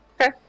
Okay